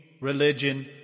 religion